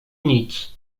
nic